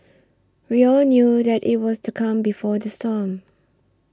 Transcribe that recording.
we all knew that it was the calm before the storm